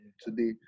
today